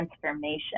transformation